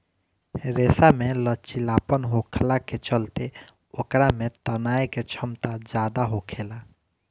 रेशा में लचीलापन होखला के चलते ओकरा में तनाये के क्षमता ज्यादा होखेला